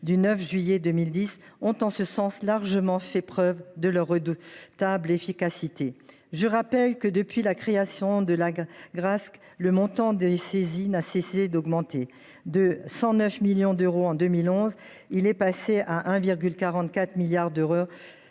du 9 juillet 2010, ont largement prouvé leur redoutable efficacité. Je rappelle que, depuis la création de l’Agrasc, le montant des saisies n’a cessé d’augmenter : de 109 millions d’euros en 2011, il est passé à 1,44 milliard d’euros